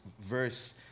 verse